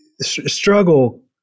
struggle